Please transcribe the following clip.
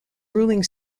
ruling